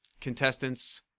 Contestants